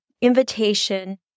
invitation